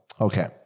okay